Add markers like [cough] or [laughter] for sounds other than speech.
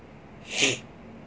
[noise]